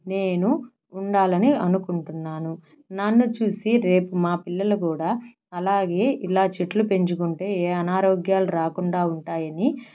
నేను ఉండాలని అనుకుంటున్నాను నన్ను చూసి రేపు మా పిల్లలు కూడా అలాగే ఇలా చెట్లు పెంచుకుంటే ఏ అనారోగ్యాలు రాకుండా ఉంటాయని